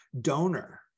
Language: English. donor